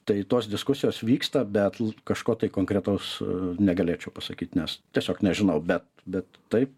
tai tos diskusijos vyksta bet kažko tai konkretaus negalėčiau pasakyt nes tiesiog nežinau bet bet taip